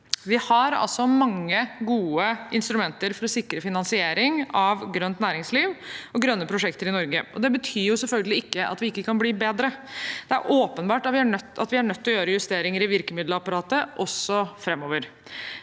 Vi har altså mange gode instrumenter for å sike finansiering av grønt næringsliv og grønne prosjekter i Norge. Det betyr selvfølgelig ikke at vi ikke kan bli bedre; det er åpenbart at vi må gjøre justeringer i virkemiddelapparatet også framover.